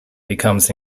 becomes